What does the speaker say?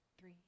three